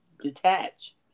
detach